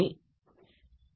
S